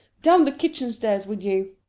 down the kitchen stairs with you.